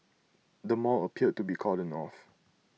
the mall appeared to be cordoned off